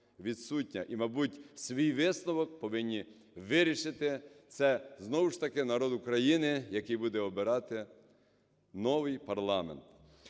І мабуть, свій висновок повинні вирішити, це знову ж таки народ України, який буде обирати новий парламент.